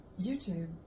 YouTube